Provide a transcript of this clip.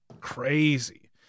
crazy